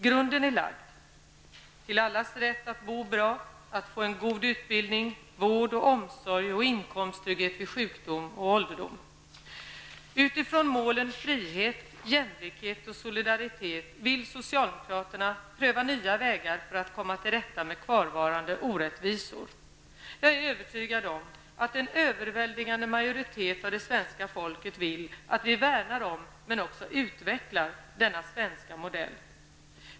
Grunden är lagd till allas rätt att bo bra, få en god utbildning, vård och omsorg samt inkomsttrygghet vid sjukdom och ålderdom. Utifrån målet frihet, jämlikhet och solidaritet vill socialdemokraterna pröva nya vägar för att komma till rätta med kvarvarande orättvisor. Jag är övertygad om att en övervägande majoritet av det svenska folket vill att vi värnar om, men också utvecklar, denna svenska modell.